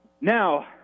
Now